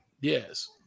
Yes